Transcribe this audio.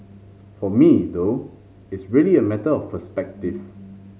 for me though it's really a matter of perspective